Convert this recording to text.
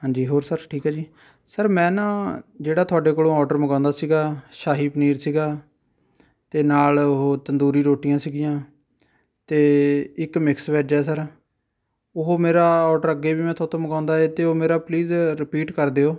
ਹਾਂਜੀ ਹੋਰ ਸਰ ਠੀਕ ਹੋ ਜੀ ਸਰ ਮੈਂ ਨਾ ਜਿਹੜਾ ਤੁਹਾਡੇ ਕੋਲੋਂ ਓਡਰ ਮੰਗਵਾਉਂਦਾ ਸੀਗਾ ਸ਼ਾਹੀ ਪਨੀਰ ਸੀਗਾ ਅਤੇ ਨਾਲ਼ ਉਹ ਤੰਦੂਰੀ ਰੋਟੀਆਂ ਸੀਗੀਆਂ ਅਤੇ ਇੱਕ ਮਿਕਸ ਵੈਜ ਹੈ ਸਰ ਉਹ ਮੇਰਾ ਓਡਰ ਅੱਗੇ ਵੀ ਮੈਂ ਤੁਹਾਤੋਂ ਮੰਗਵਾਉਂਦਾ ਹੈ ਅਤੇ ਉਹ ਮੇਰਾ ਪਲੀਸ ਰਪੀਟ ਕਰ ਦਿਉ